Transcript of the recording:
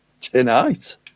Tonight